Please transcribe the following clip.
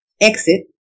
exit